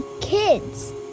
kids